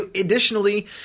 Additionally